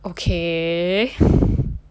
okay